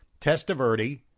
Testaverde